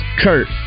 Kurt